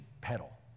pedal